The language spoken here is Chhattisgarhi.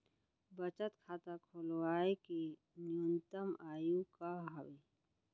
बचत खाता खोलवाय के न्यूनतम आयु का हवे?